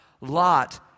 Lot